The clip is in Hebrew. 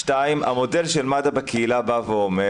דבר שני, המודל של "מד"א בקהילה" אומר: